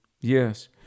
Yes